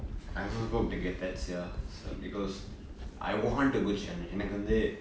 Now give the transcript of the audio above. I also hope to get that sia some cause I want to go challenge எனக்கு வந்து:enakku vanthu